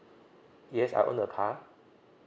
yes I own a car